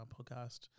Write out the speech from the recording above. podcast